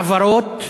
העברות,